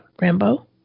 Rambo